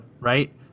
Right